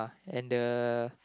and the